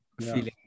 feeling